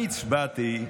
אני הצבעתי,